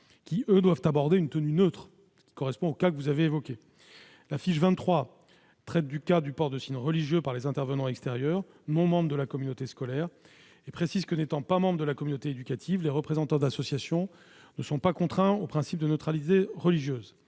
qui, eux, doivent arborer une tenue neutre. La fiche 23 traite du cas du port de signes religieux par les intervenants extérieurs non membres de la communauté scolaire. Elle précise que, n'étant pas membres de la communauté éducative, les représentants d'associations ne sont pas contraints au principe de neutralité religieuse.